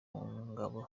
ngabo